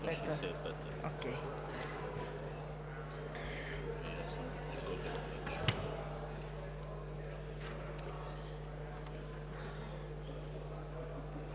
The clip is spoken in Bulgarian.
Благодаря.